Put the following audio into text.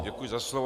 Děkuji za slovo.